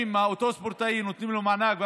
אותם ספורטאים באים,